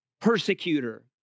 persecutor